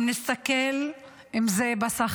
אם נסתכל, אם זה בשכר,